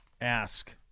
ask